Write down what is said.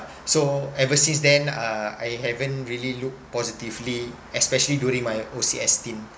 so ever since then uh I haven't really looked positively especially during my O_C_S team